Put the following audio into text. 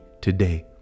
today